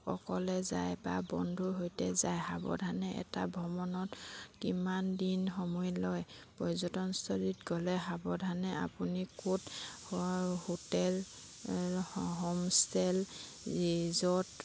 অকলে যায় বা বন্ধুৰ সৈতে যায় সাৱধানে এটা ভ্ৰমণত কিমান দিন সময় লয় পৰ্যটনস্থলীত গ'লে সাৱধানে আপুনি ক'ত হোটেল হোমষ্টে ৰিজৰ্ট